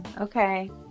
Okay